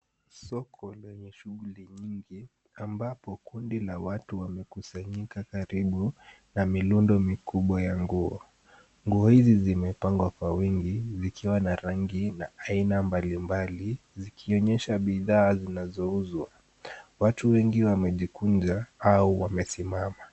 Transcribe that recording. Soko lenye shughuli nyingi ambapo kundi la watu wamekusanyika karibu na mirundo mikubwa ya nguo. Nguo hizi zimepangwa kwa wingi zikiwa na rangi na aina mbalimbali zikionyesha bidhaa zinazouzwa. Watu wengi wamejikunja au wamesimama.